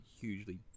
hugely